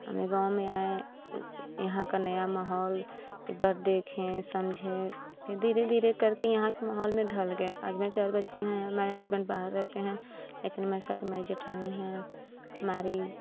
हमें गाँव में आए यहाँ का नया माहौल एक बार देखें समझें फिर धीरे धीरे करके यहाँ के माहौल में ढल गया आज मेरे चार बच्चे हैं मेरे हसबैंड बाहर रहते हैं लेकिन मेरे साथ में जेठानी है हमारी